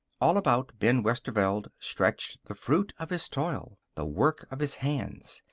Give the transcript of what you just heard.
all about ben westerveld stretched the fruit of his toil the work of his hands.